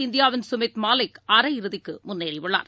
Olympic இந்தியாவின் சுமிக் மாலிக் அரையிறுதிக்குமுன்னேறியுள்ளார்